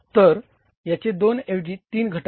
तर याचे दोन ऐवजी तीन घटक आहेत